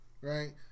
right